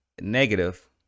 negative